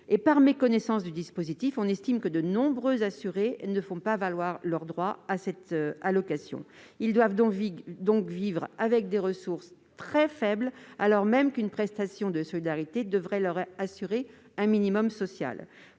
; par méconnaissance du dispositif, on estime que de nombreux assurés ne font pas valoir leur droit à cette allocation. Ils doivent donc vivre avec des ressources très faibles, alors même qu'une prestation de solidarité devrait leur assurer un minimum social.